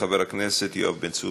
הצעה לסדר-היום של חבר הכנסת אורן